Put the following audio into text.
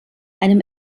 einem